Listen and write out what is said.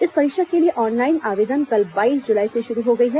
इस परीक्षा के लिए ॅऑनलाइन आवेदन कल बाईस जुलाई से शुरू हो गई है